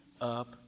up